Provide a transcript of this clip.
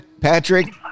Patrick